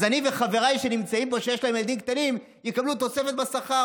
אז אני וחבריי שנמצאים פה שיש להם ילדים קטנים נקבל תוספת בשכר.